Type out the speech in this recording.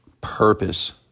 purpose